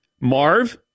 Marv